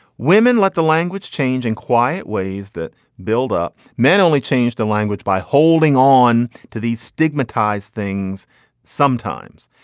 women let the language change in quiet ways that build up. men only change the language by holding on to these stigmatized things sometimes.